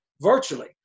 virtually